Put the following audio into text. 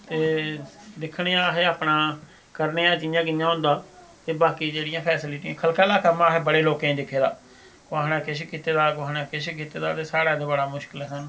ते दिक्खने आं अहें अपना करने आं जियां कियां होंदा ते बाकी जेहड़ियां फैसिलिटियां खल्का लाह्कै उमां अहें बड़े लोकें गी दिक्खे दा कोहा ने केश कीते दा कोहा ने किश कीते दा ते स्हाड़ै ते बड़ा मुश्कल ऐ स्हानू